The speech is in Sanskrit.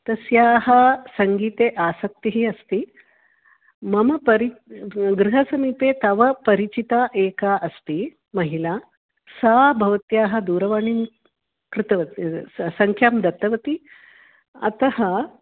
तस्याः सङ्गीते आसक्तिः अस्ति मम परि गृहसमीपे तव परिचिता एका अस्ति महिला सा भवत्याः दूरवाणीं कृत्वा सङ्ख्यां दत्तवती अतः